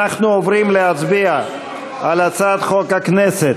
אנחנו עוברים להצביע על הצעת חוק הכנסת